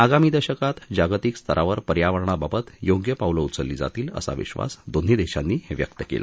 आगामी दशकात जागतिक स्तरावर पर्यावरणाबाबत योग्य पावलं उचलली जातील असा विश्वास दोन्ही देशांनी व्यक्त केला